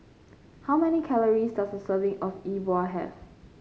how many calories does a serving of Yi Bua have